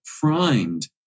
primed